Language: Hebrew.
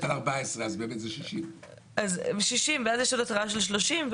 ואז יש לנו התראה של 30 ימים,